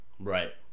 Right